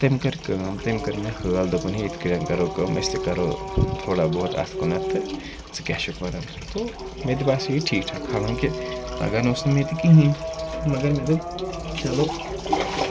تٔمۍ کٔر کٲم تٔمۍ کٔر مےٚ حٲل دوٚپُن ہے یِتھ کَن کَرو کٲم أسۍ تہِ کَرو تھوڑا بہت اَتھ کُنَتھ تہٕ ژٕ کیٛاہ چھُکھ پَران تہٕ مےٚ تہِ باسیو یہِ ٹھیٖک ٹھاک حالا نکہِ کہِ تگن اوس نہٕ مےٚ تہِ کِہیٖنۍ مگر مےٚ دوٚپ چَلو